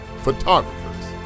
photographers